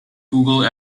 google